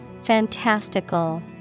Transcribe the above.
Fantastical